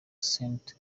saint